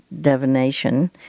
divination